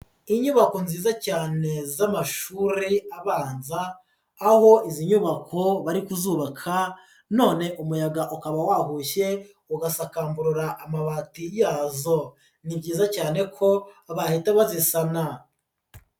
Inyubako nziza cyane z'amashuri abanza, aho izi nyubako bari kuzubaka, none umuyaga ukaba wahushye, ugasakamburura amabati yazo, ni byiza cyane ko bahita bazisana.